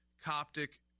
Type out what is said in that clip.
Coptic